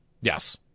Yes